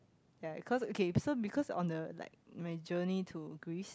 ya cause okay so because on the like my journey to Greece